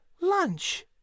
Lunch